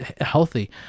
healthy